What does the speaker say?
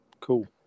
Cool